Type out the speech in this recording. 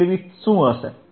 bandwidth શું હશે